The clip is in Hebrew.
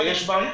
שמה?